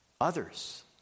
others